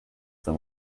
them